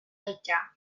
життя